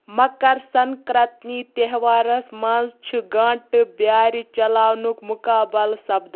مکر سنٛکرانٛتی تہوارَس منٛز چھُ گٲنٛٹہِ بیٛٲرِ چلاونُک مُقابلہٕ سَپدان